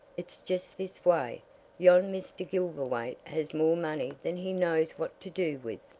it's just this way yon mr. gilverthwaite has more money than he knows what to do with.